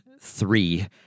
three